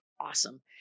awesome